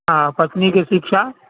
आ पत्नी के शिक्षा